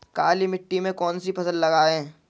काली मिट्टी में कौन सी फसल लगाएँ?